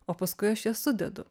o paskui aš jas sudedu